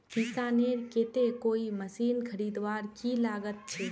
किसानेर केते कोई मशीन खरीदवार की लागत छे?